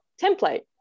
template